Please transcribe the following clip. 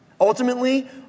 Ultimately